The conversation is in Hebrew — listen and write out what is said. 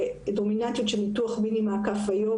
לדומיננטיות של ניתוח מיני מעקף היום,